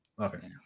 Okay